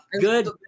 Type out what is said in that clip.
Good